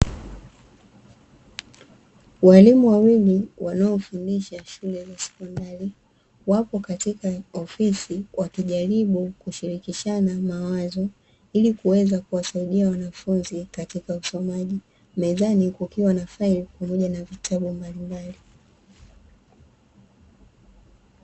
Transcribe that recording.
Walimu wawili wanaofundisha shule ya sekondari, wapo katika ofisi wakijaribu kushirikishana mawazo ili kuweza kuwasaidia wanafunzi katika usomaji, mezani kukiwa na faili pamoja na vitabu mbalimbali.